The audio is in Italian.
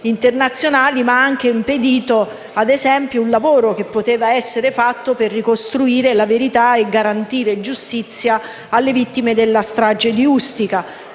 internazionali, ma ha anche impedito, ad esempio, un lavoro che poteva essere fatto per ricostruire la verità e per garantire giustizia alle vittime della strage di Ustica.